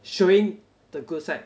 showing the good side